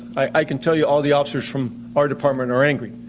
i can tell you all the officers from our department are angry.